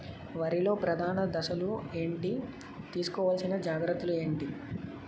వరిలో ప్రధాన దశలు ఏంటి? తీసుకోవాల్సిన జాగ్రత్తలు ఏంటి?